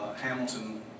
Hamilton